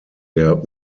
der